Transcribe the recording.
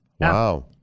wow